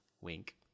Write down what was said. Wink